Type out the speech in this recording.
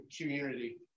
community